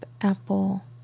Apple